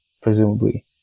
presumably